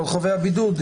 כל המבודדים.